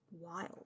wild